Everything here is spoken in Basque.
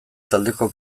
taldeko